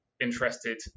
interested